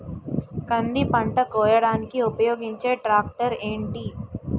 కంది పంట కోయడానికి ఉపయోగించే ట్రాక్టర్ ఏంటి?